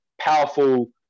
powerful